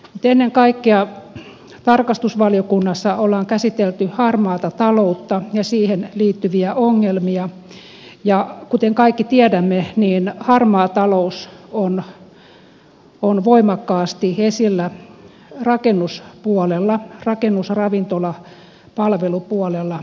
ennen kaikkea tarkastusvaliokunnassa on käsitelty harmaata taloutta ja siihen liittyviä ongelmia ja kuten kaikki tiedämme harmaa talous on voimakkaasti esillä rakennuspuolella rakennus ravintola palvelupuolella